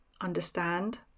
understand